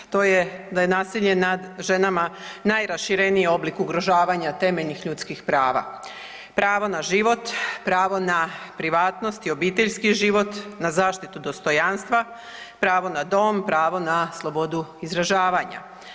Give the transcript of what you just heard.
To je da je nasilje nad ženama najrašireniji oblik ugrožavanja temeljnih ljudskih prava, pravo na život, pravo na privatnost i obiteljski život, na zaštitu dostojanstva, pravo na dom, pravo na slobodu izražavanja.